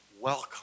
welcome